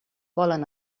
volen